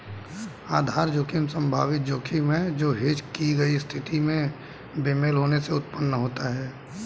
आधार जोखिम संभावित जोखिम है जो हेज की गई स्थिति में बेमेल होने से उत्पन्न होता है